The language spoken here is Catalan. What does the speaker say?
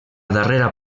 darrera